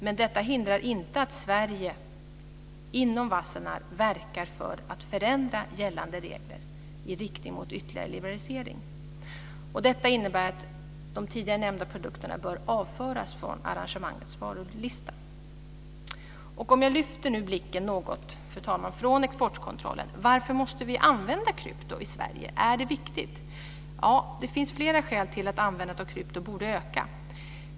Men detta hindrar inte att Sverige inom Wassenaararrangemanget verkar för att förändra gällande regler i riktning mot ytterligare liberalisering. Detta innebär att de tidigare nämnda produkterna bör avföras från arrangemangets varulista. Om jag lyfter blicken något, fru talman, från exportkontrollen, frågar jag mig varför vi måste använda krypto i Sverige. Är det viktigt? Ja, det finns flera skäl till att användandet av krypto borde öka.